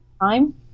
time